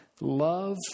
love